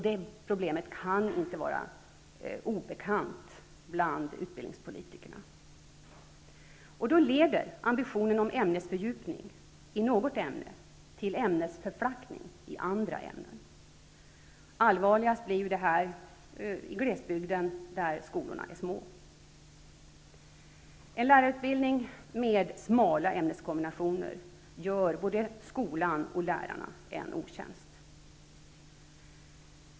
Det problemet kan inte vara obekant bland utbildningspolitikerna. Ambitionen om ämnesfördjupning i något ämne leder till ämnesförflackning i andra ämnen. Allvarligast blir detta i glesbygden där skolorna är små. Lärarutbildning med smala ämneskombinationer gör både skolan och lärarna en otjänst.